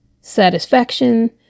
satisfaction